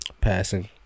Passing